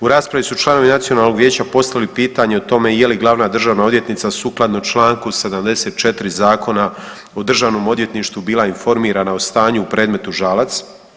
U raspravi su članovi Nacionalnog vijeća postavili pitanje o tome je li Glavna državna odvjetnica sukladno čl. 74 Zakona o Državnom odvjetništvu bila informirana o stanju u predmetu Žalac.